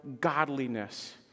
godliness